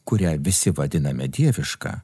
kurią visi vadiname dieviška